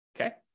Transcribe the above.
okay